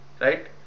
right